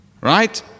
Right